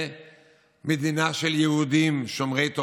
בהודעה מעדכנת על התנהלות שערורייתית